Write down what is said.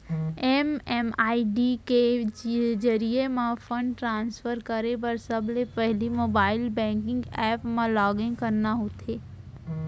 MMID के जरिये म फंड ट्रांसफर करे बर सबले पहिली मोबाइल बेंकिंग ऐप म लॉगिन करना होथे